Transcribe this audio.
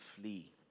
Flee